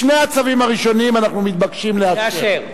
בשני הצווים הראשונים אנחנו מתבקשים לאשר.